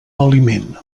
aliment